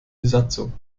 besatzung